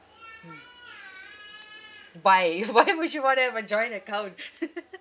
by why would you want to have a joint account